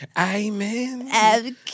Amen